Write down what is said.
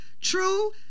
true